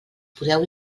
podeu